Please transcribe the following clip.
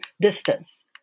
distance